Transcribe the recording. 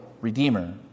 redeemer